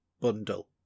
bundle